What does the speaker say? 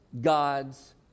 God's